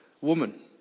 woman